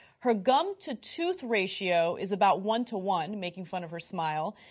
her gum to tooth ratio is about one to one, making fun of her smile.